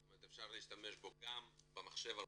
זאת אומרת שאפשר להשתמש בו גם במחשב הרגיל,